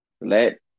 Let